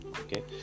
okay